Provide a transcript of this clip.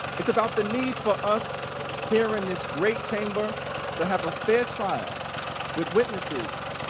it's about the need for us here in this great chamber to have a fair trial with witnesses